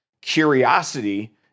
Curiosity